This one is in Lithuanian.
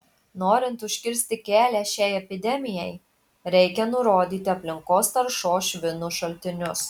norint užkirsti kelią šiai epidemijai reikia nurodyti aplinkos taršos švinu šaltinius